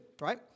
right